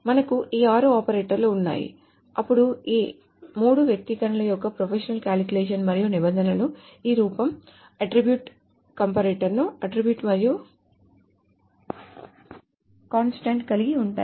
మనకు ఈ 6 ఆపరేటర్లు ఉన్నాయి అప్పుడు ఈ మూడు వ్యక్తీకరణల యొక్క ప్రోపోషనల్ కాలిక్యులస్ మరియు నిబంధనలు ఈ రూపం అట్ట్రిబ్యూటె కంపరేటర్ ను అట్ట్రిబ్యూటె మరియు కాన్స్టెంట్ కలిగి ఉంటాయి